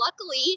luckily